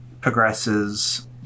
progresses